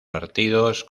partidos